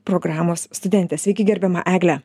programos studentė sveiki gerbiama egle